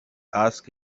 asked